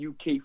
UK